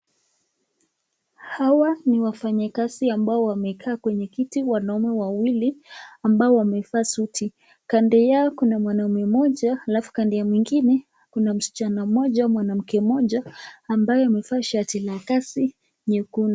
Hawa ni wafanyakazi ambao wamekaa kwenye kiti wanaume wawili ambao wamevaa suti kando yao kuna mwanaume mmoja alafu kando ya mwingine kuna msichana mmoja mwanamke mmoja ambaye amevaa shati la kazi nyekundu.